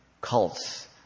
cults